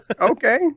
Okay